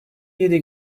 yedi